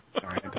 Sorry